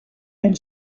and